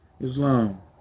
Islam